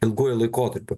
ilguoju laikotarpiu